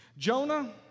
Jonah